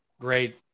Great